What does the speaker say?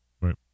Right